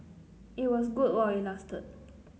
it was good while it lasted